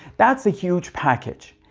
that's a huge package.